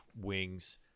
wings